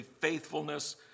faithfulness